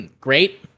Great